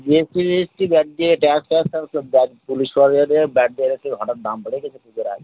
GST ফিএসটি বাদ দিয়ে ট্যাক্স ফ্যাক্স সব সব বাদ ব্ল্যাক ডগেতে হঠাৎ দাম বেড়ে গেছে পুজোর আগে